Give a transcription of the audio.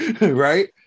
right